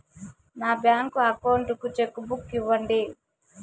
నా bank account కు cheque book ఇవ్వండి